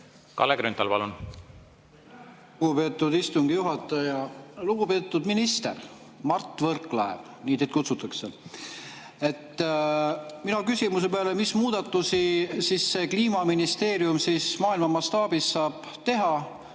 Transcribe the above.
Kalle Grünthal, palun! Lugupeetud istungi juhataja! Lugupeetud minister Mart Võrklaev! Nii teid kutsutakse. Minu küsimuse peale, mis muudatusi siis see Kliimaministeerium maailma mastaabis saab teha,